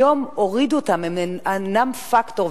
היום הורידו אותן, הן non-factor.